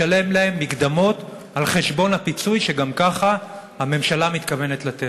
לשלם להם מקדמות על חשבון הפיצוי שגם ככה הממשלה מתכוונת לתת.